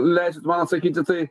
leisit man atsakyti tai